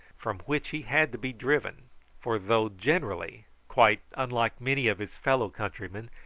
from which he had to be driven for though generally, quite unlike many of his fellow-countrymen,